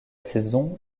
saison